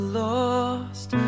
lost